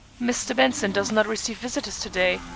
mr. benson does not receive visitors to-day,